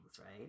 right